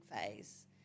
phase